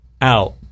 out